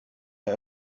der